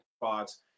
spots